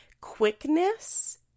quickness